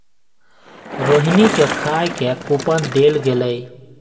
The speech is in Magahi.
रोहिणी के खाए के कूपन देल गेलई